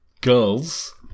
girls